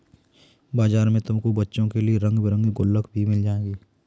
बाजार में तुमको बच्चों के लिए रंग बिरंगे गुल्लक भी मिल जाएंगे